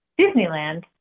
Disneyland